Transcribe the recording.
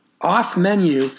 off-menu